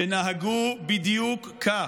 שנהגו בדיוק כך: